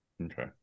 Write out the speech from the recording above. Okay